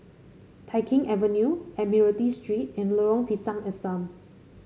Tai Keng Avenue Admiralty Street and Lorong Pisang Asam